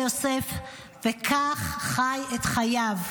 וכך חי את חייו.